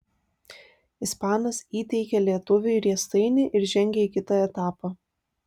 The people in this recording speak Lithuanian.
ispanas įteikė lietuviui riestainį ir žengė į kitą etapą